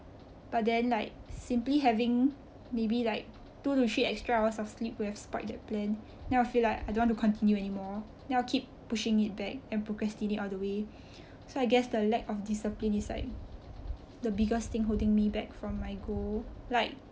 but then like simply having maybe like two to three extra hours of sleep could have spoilt your plan and then I feel like I don't to continue anymore and then I keep on pushing it back and procrastinate all the way so I guess the lack of discipline is like the biggest thing holding me back from my goal like